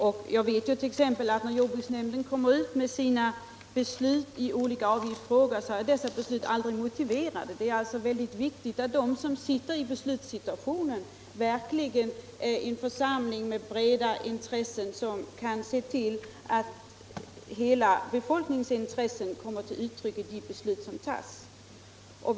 När jordbruksnämnden exempelvis ger ut meddelanden om sina beslut i olika avgiftsfrågor är besluten aldrig motiverade. Det är alltså mycket viktigt att de som sitter i beslutsposition bildar en församling med bred förankring, som kan se till att hela befolkningens intressen tas till vara i de beslut som fattas.